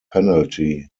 penalty